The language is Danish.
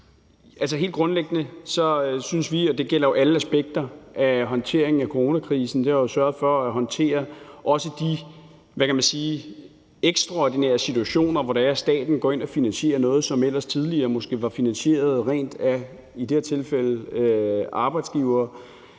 Helt grundlæggende gælder det alle aspekter af håndteringen af coronakrisen at sørge for også at håndtere de ekstraordinære situationer, hvor staten går ind og finansierer noget, som ellers måske tidligere rent var finansieret af som i det